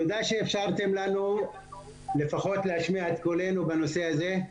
תודה שאפשרתם לנו לפחות להשמיע את קולנו בנושא הזה.